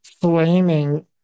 flaming